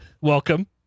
welcome